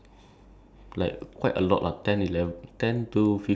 we have like a group of like people of like a group of friends